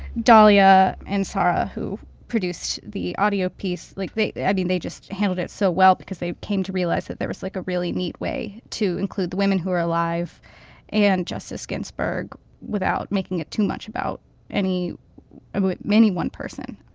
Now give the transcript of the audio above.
dalia and sara, who produced the audio piece, like they they i mean, they just handled it so well because they came to realize that there was like a really neat way to include the women who were alive and justice ginsberg without making it too much about any ah many one person.